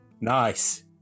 Nice